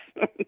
yes